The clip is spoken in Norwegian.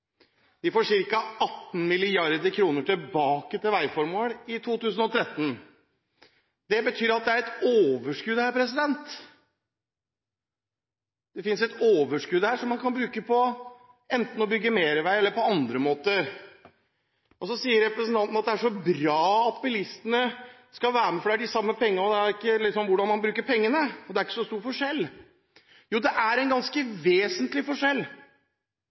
De får ca. 18 mrd. kr tilbake til veiformål i 2013. Det betyr at det er et overskudd her. Det finnes et overskudd her som man kan bruke enten på å bygge mer vei eller på andre måter. Så sier representanten Hansen at det er bra at bilistene skal være med og betale, for det er de samme pengene – det gjør ikke så mye hvordan man bruker pengene, for det er ikke så stor forskjell. Jo, det er en ganske vesentlig forskjell,